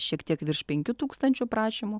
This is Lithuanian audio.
šiek tiek virš penkių tūkstančių prašymų